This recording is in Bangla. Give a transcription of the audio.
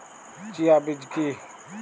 চিয়া বীজ কী?